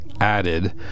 added